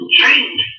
change